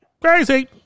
Crazy